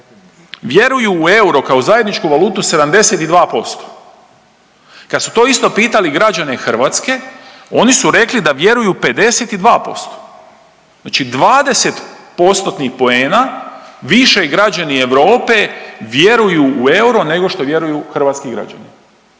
vjeruju u euro kao zajedničku valutu 72%. Kad su to isto pitali građane Hrvatske oni su rekli da vjeruju 52%, znači 20 postotnih poena više građani Europe vjeruju u euro nego što vjeruju hrvatski građani,